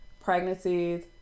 pregnancies